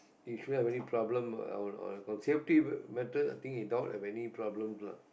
he shouldn't have any problem uh on about safety matters I think he doubt have any problem lah